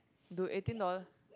dude eighteen dollar